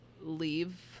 leave